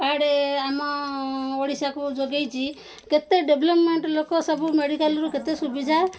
card ଆମ ଓଡ଼ିଶାକୁ ଯୋଗାଇଛି କେତେ ଡେଭ୍ଲପ୍ମେଣ୍ଟ ଲୋକ ସବୁ ମେଡ଼ିକାଲ୍ରୁ କେତେ ସୁବିଧା